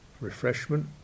Refreshment